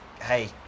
hey